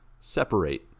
separate